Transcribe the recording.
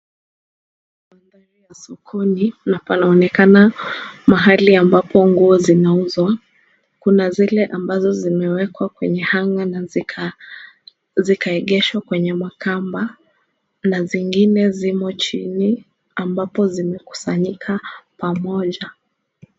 Mandhari ya sokoni na panaonekana mahali ambapo nguo zinauzwa. Kuna zile ambazo zimewekwa kwenye hanger zikaegeshwa kwenye makamba na zingine zimo chini ambapo zimekusanyika pamoja.